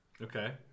Okay